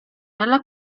nella